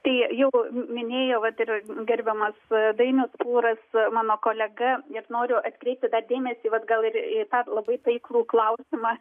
tai jau minėjo vat ir gerbiamas dainius pūras mano kolega ir noriu atkreipti dar dėmesį vat gal ir į tą labai taiklų klausimą